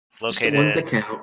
located